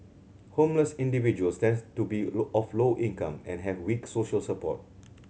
homeless individuals tends to be of low income and have weak social support